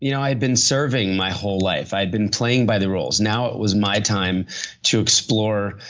you know i had been serving my whole life. i had been playing by the rules. now, it was my time to explore,